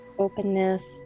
openness